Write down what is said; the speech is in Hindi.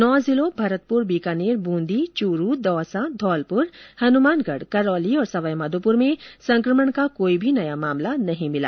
नौ जिलों भरतपुर बीकानेर बूंदी चुरू दौसा धौलपुर हनुमानगढ़ करौली और सवाई माधोपुर में संकमण का कोई भी नया मामला नहीं मिला